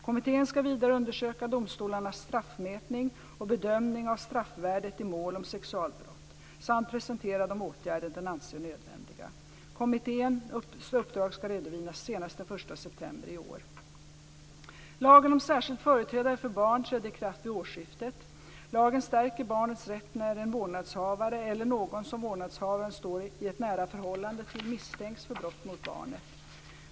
Kommittén ska vidare undersöka domstolarnas straffmätning och bedömning av straffvärdet i mål om sexualbrott samt presentera de åtgärder den anser nödvändiga. Kommitténs uppdrag ska redovisas senast den 1 Lagen om särskild företrädare för barn trädde i kraft vid årsskiftet. Lagen stärker barnets rätt när en vårdnadshavare eller någon som vårdnadshavaren står i ett nära förhållande till misstänks för brott mot barnet.